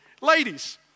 Ladies